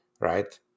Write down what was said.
right